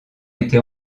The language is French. été